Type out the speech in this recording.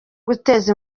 guteza